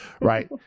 Right